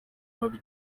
mabi